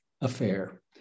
affair